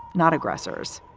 not aggressors,